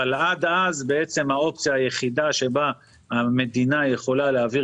אבל עד אז האופציה היחידה שבה המדינה יכולה להעביר